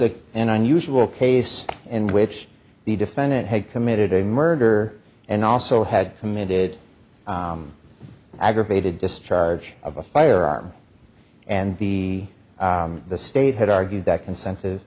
a an unusual case in which the defendant had committed a murder and also had committed aggravated discharge of a firearm and the the state had argued that consen